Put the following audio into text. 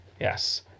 Yes